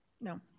No